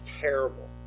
terrible